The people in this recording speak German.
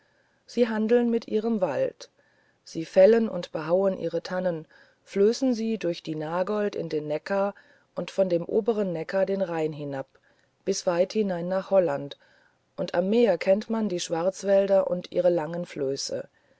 sie handeln mit ihrem wald sie fällen und behauen ihre tannen flößen sie durch die nagold in den neckar und von dem obern neckar den rhein hinab bis weit hinein nach holland und am meer kennt man die schwarzwälder und ihre langen flöße